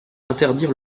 interdire